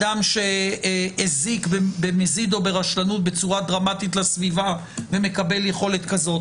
אדם שהזיק במזיד או ברשלנות בצורה דרמטית לסביבה ומקבל יכולת כזאת,